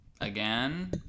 Again